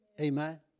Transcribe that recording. Amen